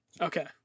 Okay